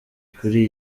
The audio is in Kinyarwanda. kuri